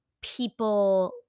people